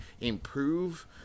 improve